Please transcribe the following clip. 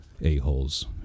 a-holes